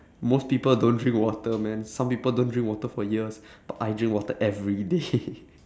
most people don't drink water man some people don't drink water for years but I drink water everyday